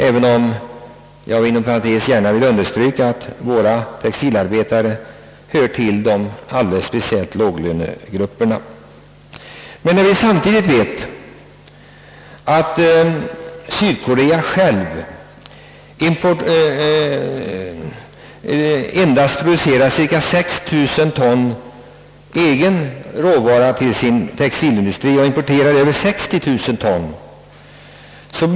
Inom parentes vill jag gärna understryka, att våra textilarbetare ändock alldeles speciellt hör till låglönegrupperna. Sydkorea producerar självt endast cirka 6 000 ton egen råvara till sin textilindustri och importerar över 60 000 ton.